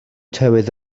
tywydd